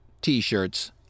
t-shirts